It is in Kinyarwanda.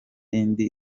indi